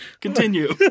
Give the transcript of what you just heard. Continue